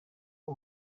uwo